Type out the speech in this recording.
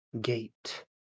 gate